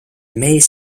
mees